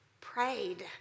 prayed